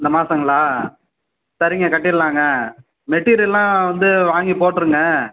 இந்த மாசங்களா சரிங்க கட்டிடலாங்க மெட்டீரியெல்லாம் வந்து வாங்கி போட்டுருங்க